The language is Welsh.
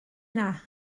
yna